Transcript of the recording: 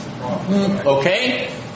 Okay